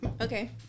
Okay